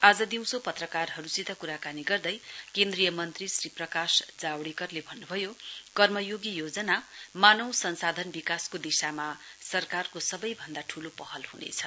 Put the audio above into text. आज दिउँसे पत्रकारहरूसित कुराकानी गर्दै केन्द्रीय मन्त्री श्री प्रकाश जावडेकरले भन्न्भयो कर्मयोगी योजना मानव संसाधन विकासको दिशामा सरकारको सबैभन्दा ठूलो पहल हुनेछ